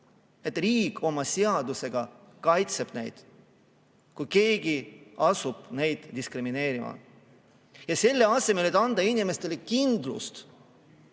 et riik oma seadusega kaitseb neid, kui keegi asub neid diskrimineerima. Selle asemel, et anda inimestele kindlust,